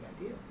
idea